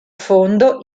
fondo